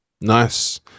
nice